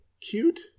cute